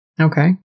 Okay